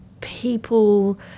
people